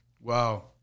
Wow